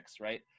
right